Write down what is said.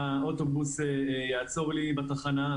אם האוטובוס יעצור לי בתחנה,